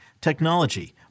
technology